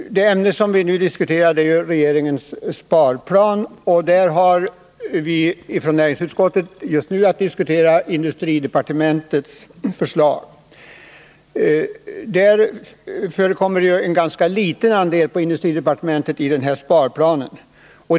Det ämne vi nu diskuterar är regeringens sparplan, och där har vi för näringsutskottets del just nu att diskutera industridepartementets förslag. Det är en ganska liten andel av sparplanen som gäller industridepartementet.